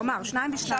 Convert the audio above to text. הוא אמר, שניים ושניים.